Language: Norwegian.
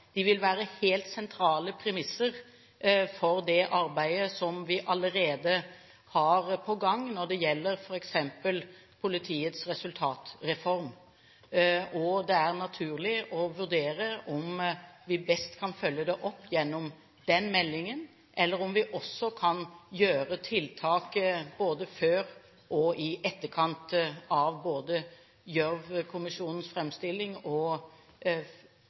De vil være helt sentrale premisser for det arbeidet som vi allerede har på gang når det gjelder f.eks. politiets resultatreform. Det er naturlig å vurdere om vi best kan følge det opp gjennom den meldingen. Tiltak både før og i etterkant av Bech Gjørv-kommisjonens framstilling og